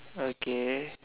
okay